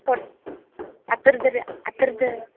ಕೊಡು ಆ ಥರದ್ದು ರಿ ಆ ಥರದ್ದು